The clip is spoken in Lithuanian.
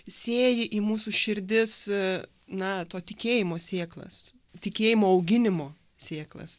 sėji į mūsų širdis na to tikėjimo sėklas tikėjimo auginimo sėklas